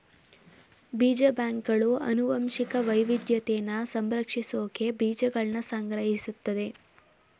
ಬೀಜ ಬ್ಯಾಂಕ್ಗಳು ಅನುವಂಶಿಕ ವೈವಿದ್ಯತೆನ ಸಂರಕ್ಷಿಸ್ಸೋಕೆ ಬೀಜಗಳ್ನ ಸಂಗ್ರಹಿಸ್ತದೆ